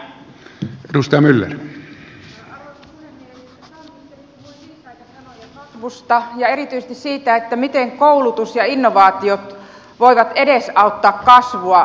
pääministeri puhui viisaita sanoja kasvusta ja erityisesti siitä miten koulutus ja innovaatiot voivat edesauttaa kasvua